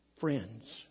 friends